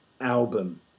album